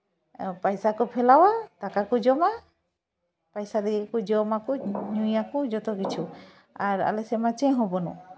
ᱯᱚᱭᱥᱟ ᱠᱚ ᱠᱷᱮᱞᱟᱣᱟ ᱟᱨ ᱫᱟᱠᱟ ᱠᱚ ᱡᱚᱢᱟ ᱯᱚᱭᱥᱟ ᱫᱤᱭᱮ ᱜᱮᱠᱚ ᱡᱚᱢᱟ ᱠᱚ ᱧᱩᱭᱟ ᱠᱚ ᱡᱷᱚᱛᱚ ᱠᱤᱪᱷᱩ ᱟᱨ ᱟᱞᱮ ᱥᱮᱫᱢᱟ ᱪᱮᱫ ᱦᱚᱸ ᱵᱟᱹᱱᱩᱜ